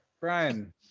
brian